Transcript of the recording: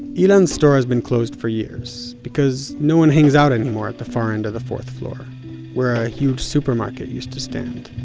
ilan's store has been closed for years because no one hangs out anymore at the far end of the fourth floor where a huge supermarket used to stand,